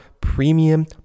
premium